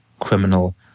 criminal